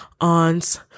aunts